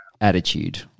attitude